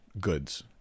goods